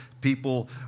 people